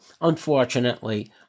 unfortunately